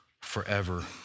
forever